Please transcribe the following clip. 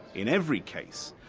in every case,